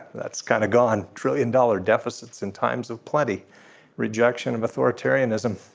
that's kind of gone. trillion dollar deficits in times of plenty rejection of authoritarianism.